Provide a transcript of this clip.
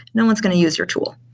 no one's going to use your tool.